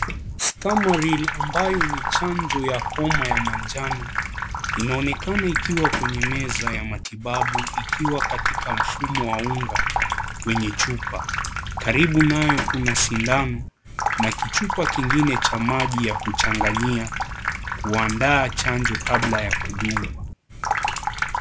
Stamaril ambayo ni chanjo ya homa ya manjano inaonekana ikiwa kwenye meza ya matibabu ikiwa katika mfumo wa unga kwenye chupa karibu nayo kuna sindano na kichupa kingine cha maji ya kuchanganyia kuandaa chanjo Kabla ya kudungwa.